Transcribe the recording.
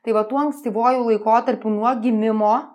tai va tuo ankstyvuoju laikotarpiu nuo gimimo